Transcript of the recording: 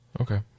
Okay